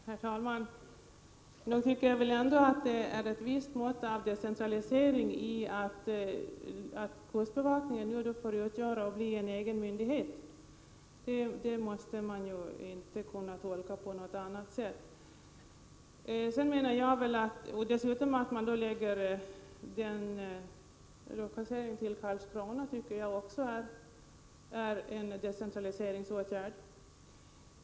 Herr talman! Nog är det väl ändå ett visst mått av decentralisering att kustbevakningen nu får bli en egen myndighet. Det kan man väl inte tolka på något annat sätt. Vidare anser jag att lokaliseringen till Karlskrona är en decentraliseringsåtgärd.